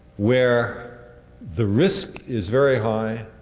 where the risk is very high,